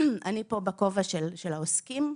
אני פה בכובע של העוסקים,